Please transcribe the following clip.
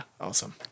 awesome